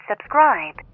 subscribe